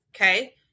okay